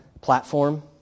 platform